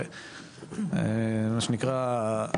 ומה שנקרא,